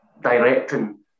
directing